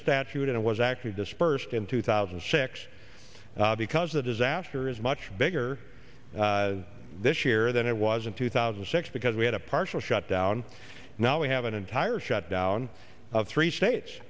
statute and was actually disbursed in two thousand and six because the disaster is much bigger this year than it was in two thousand and six because we had a partial shutdown now we have an entire shutdown of three states